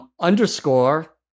underscore